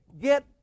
Get